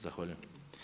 Zahvaljujem.